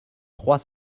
trois